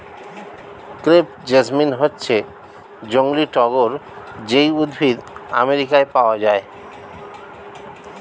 crepe jasmine হচ্ছে জংলী টগর যেই উদ্ভিদ আমেরিকায় পাওয়া যায়